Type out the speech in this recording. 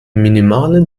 minimalen